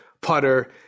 putter